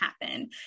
happen